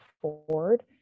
forward